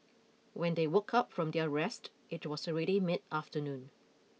when they woke up from their rest it was already mid afternoon